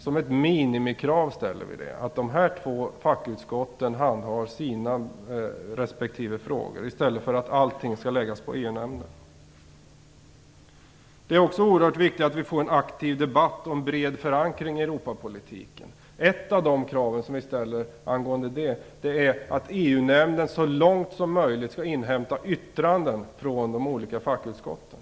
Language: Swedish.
Vi kräver att dessa två fackutskott skall handlägga sina respektive frågor - det är ett minimikrav - i stället för att allting skall läggas på Det är också oerhört viktigt att vi får en aktiv debatt och en bred förankring i Europapolitiken. Ett av de krav vi ställer är att EU-nämnden så långt som möjligt skall inhämta yttranden från de olika fackutskotten.